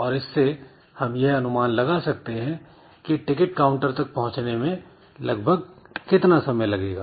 और इससे हम यह अनुमान लगा सकते हैं कि टिकट काउंटर तक पहुंचने में लगभग कितना समय लगेगा